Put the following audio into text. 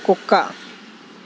కుక్క